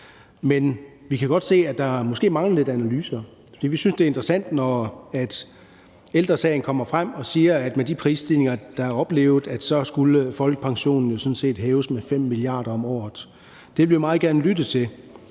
Men vi kan godt se, at der måske mangler lidt analyser. Vi synes, det er interessant, når Ældre Sagen kommer frem og siger, at med de prisstigninger, der er oplevet, så skulle folkepensionen jo sådan set hæves med 5 mia. kr. om året. Det vil vi meget gerne lytte til.